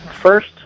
first